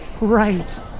Right